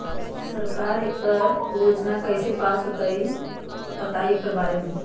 सरकार एकड़ योजना कईसे पास होई बताई एकर बारे मे?